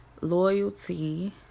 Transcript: loyalty